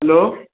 hello